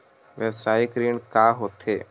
व्यवसायिक ऋण का होथे?